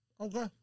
Okay